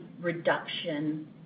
reduction